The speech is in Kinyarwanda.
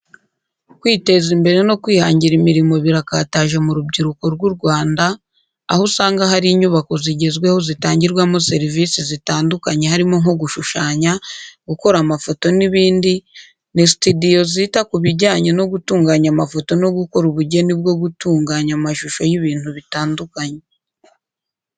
Kwiteza imbere no kwihangira imirimo birakataje mu rubyiruko rw'u Rwanda, aho usanga hari inyubako zigezweho zitangirwamo serivisi zitandukanye harimo nko gushushanya, gukora amafoto n'ibindi, ni sitidiyo zita kubijyanye no gutunganya amafoto no gukora ubugeni bwo gutunganya amashusho y'ibintu bitandukanye.